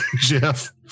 Jeff